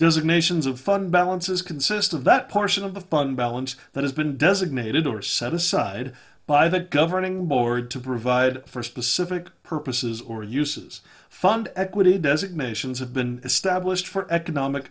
of nations of fund balances consist of that portion of the fund balance that has been designated or set aside by the governing board to provide for specific purposes or uses fund equity designations have been established for economic